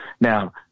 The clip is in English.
Now